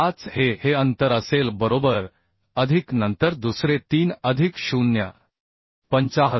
5 हे हे अंतर असेल बरोबर अधिक नंतर दुसरे 3 अधिक 0